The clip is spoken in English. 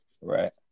Right